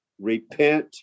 repent